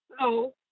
No